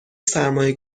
سرمایه